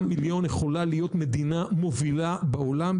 מיליון יכולה להיות מדינה מובילה בעולם,